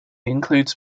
includes